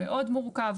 מאוד מורכב,